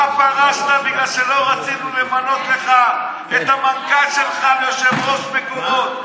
אתה פרשת בגלל שלא רצינו למנות לך את המנכ"ל שלך ליושב-ראש מקורות,